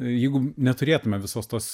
jeigu neturėtume visos tos